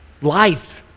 life